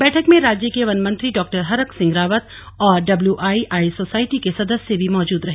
बैठक में राज्य के वन मंत्री हरक सिंह रावत और डब्ल्यू आई आई सोसाइटी के सदस्य भी मौजूद रहे